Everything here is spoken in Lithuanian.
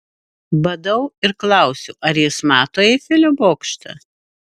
badau ir klausiu ar jis mato eifelio bokštą